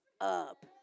up